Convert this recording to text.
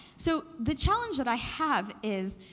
so the challenge that i have is,